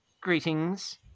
greetings